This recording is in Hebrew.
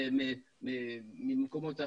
ממקומות אחרים,